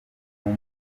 nawe